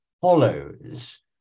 follows